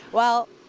well,